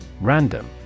Random